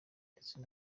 ndetse